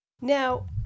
Now